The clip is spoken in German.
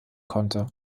konnte